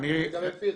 גם ב"פרחי".